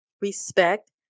respect